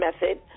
method